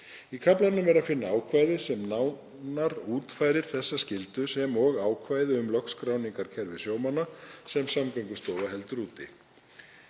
Í kaflanum er að finna ákvæði sem útfærir þessa skyldu nánar sem og ákvæði um lögskráningarkerfi sjómanna, sem Samgöngustofa heldur úti.